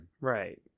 right